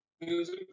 music